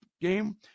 game